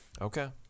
Okay